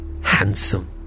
handsome